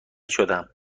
شدم